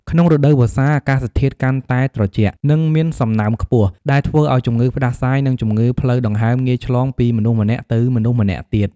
ក្នុងរដូវវស្សា អាកាសធាតុកាន់តែត្រជាក់ និងមានសំណើមខ្ពស់ ដែលធ្វើឲ្យជំងឺផ្តាសាយនិងជំងឺផ្លូវដង្ហើមងាយឆ្លងពីមនុស្សម្នាក់ទៅមនុស្សម្នាក់ទៀត។